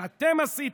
את זה "אתם" עשיתם,